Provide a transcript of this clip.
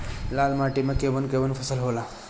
लाल माटी मे कवन कवन फसल होला?